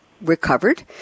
recovered